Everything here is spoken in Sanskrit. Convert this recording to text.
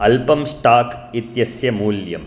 अल्पं स्टाक् इत्यस्य मूल्यम्